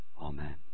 Amen